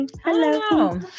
Hello